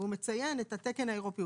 והוא מציין את התקן האירופי,